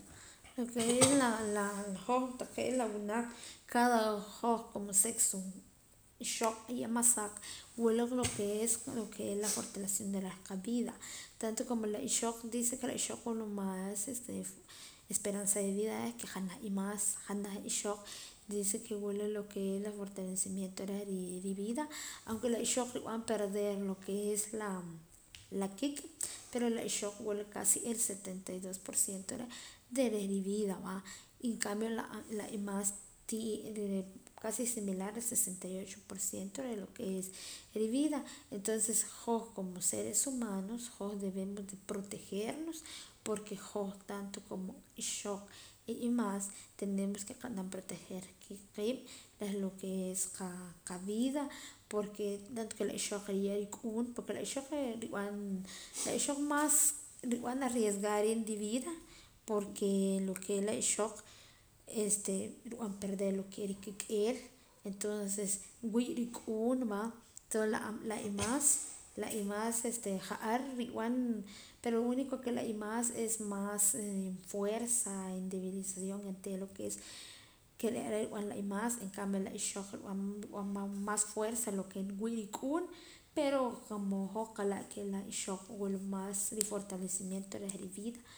Lo ke es la la la hoj taqee' la winaq cada hoj como sexo ixoq y imasaq wula lo ke es lo ke re' la fortalecion reh qa vida tanto como la ixoq dice ke la ixoq wula mas esperanza de vida reh ke janaj imaas janaj ixoq dice ke wula lo es la fortalecimiento reh rivida aunque la ixoq nrib'an perder lo ke es la la kik' pero la ixoq wula casi el setenta y dos por ciento reh reh rivida va en cambio a la imaas ti casi el similar el sesenta y ocho por ciento reh lo ke es ri vida entonces hoj como seres humanos hoj debemos de protegernos porke hoj tanto como ixoq y imaas ntenemos ke nqe'nam proteger qiib' reh lo ke es qavida porke durante ke la ixoq nriye' rik'uun porek la ixoq re' re' la ixoq mas nrib'an arriesgar riib' rivida porke lo ke es la ixoq este nrib'an perder lo ke re' rikik'eel entonces nwii' rak'uun va entonce la imaas este nrib'an pero lo único ke la imaas es mas en fuerza en devilizacion onteera lo ke es ke re' re' nrib'an la imaas en cambio la ixoq nrib'an mas fuerza lo ke nriwii' rak'uun pero qa' mood hoj nqala' ke la ixoq wula mas ri fortalecimiento reh rivida